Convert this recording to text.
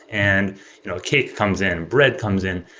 and you know cake comes in, bread comes in,